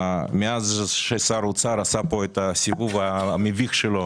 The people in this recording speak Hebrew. מאז ששר האוצר עשה פה את הסיבוב המביך שלו,